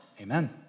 Amen